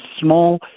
small